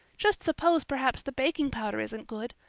just suppose perhaps the baking powder isn't good?